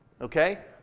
Okay